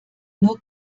nur